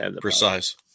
precise